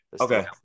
Okay